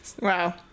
Wow